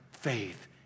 faith